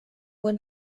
buen